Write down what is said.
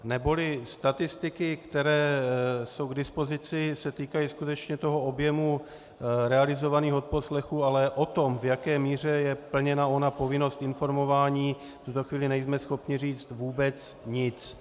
Neboli statistiky, které jsou k dispozici, se týkají skutečně objemu realizovaných odposlechů, ale o tom, v jaké míře je plněna ona povinnost informování, v tuto chvíli nejsme schopni říct vůbec nic.